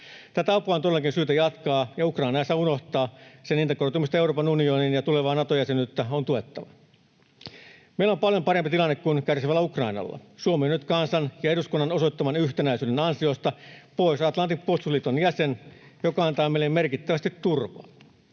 Tätä apua on todellakin syytä jatkaa, ja Ukrainaa ei saa unohtaa. Sen integroitumista Euroopan unioniin ja tulevaa Nato-jäsenyyttä on tuettava. Meillä on paljon parempi tilanne kuin kärsivällä Ukrainalla. Suomi on nyt kansan ja eduskunnan osoittaman yhtenäisyyden ansiosta Pohjois-Atlantin puolustusliiton jäsen, mikä antaa meille merkittävästi turvaa.